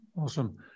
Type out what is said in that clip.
Awesome